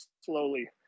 slowly